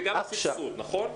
וגם הסבסוד, נכון?